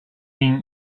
mean